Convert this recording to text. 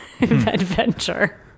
adventure